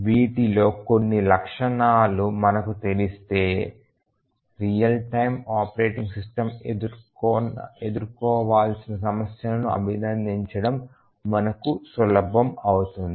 వీటిలో కొన్ని లక్షణాలు మనకు తెలిస్తే రియల్ టైమ్ ఆపరేటింగ్ సిస్టమ్ ఎదుర్కోవాల్సిన సమస్యలను అభినందించడం మనకు సులభం అవుతుంది